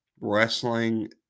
Wrestling